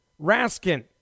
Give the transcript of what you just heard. Raskin